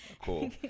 Cool